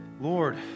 Lord